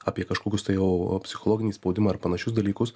apie kažkokius tai o o psichologinį spaudimą ar panašius dalykus